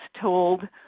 told